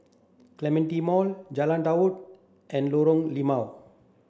Clementi Mall Jalan Dua and Lorong Limau